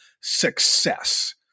success